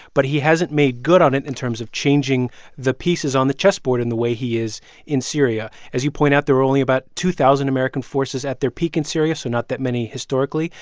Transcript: but he hasn't made good on it in terms of changing the pieces on the chessboard in the way he is in syria as you point out, there were only about two thousand american forces at their peak in syria, so not that many historically.